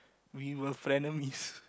we were friend enemies